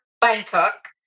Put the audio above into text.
Bangkok